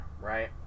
Right